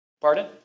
Pardon